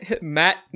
Matt